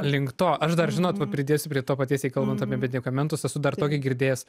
link to aš dar žinot va pridėsiu prie to paties jei kalbant apie medikamentus esu dar tokį girdėjęs